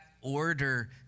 order